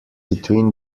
between